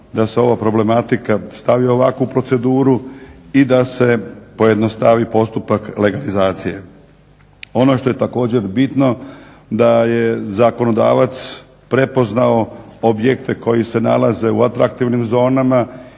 da se ova problematika stavi u ovakvu proceduru i da se pojednostavi postupak legalizacije. Ono što je također bitno da je zakonodavac prepoznao objekte koji se nalaze u atraktivnim zonama